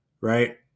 right